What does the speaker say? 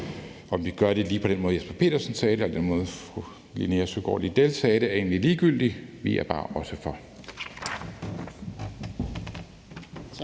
om vi gør det lige på den måde, hr. Jesper Petersen sagde det, eller den måde, fru Linea Søgaard-Lidell sagde det, er egentlig ligegyldigt. Vi er bare også for. Kl.